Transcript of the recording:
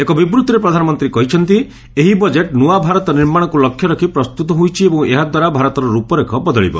ଏକ ବିବୃଭିରେ ପ୍ରଧାନମନ୍ତ୍ରୀ କହିଛନ୍ତି ଏହି ବଜେଟ୍ ନୂଆ ଭାରତ ନିର୍ମାଣକୁ ଲକ୍ଷ୍ୟରେ ରଖି ପ୍ରସ୍ତୁତ ହୋଇଛି ଏବଂ ଏହା ଦ୍ୱାରା ଭାରତର ର୍ଚପରେଖ ବଦଳିବ